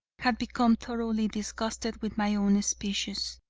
had become thoroughly disgusted with my own species.